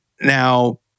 Now